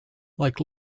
like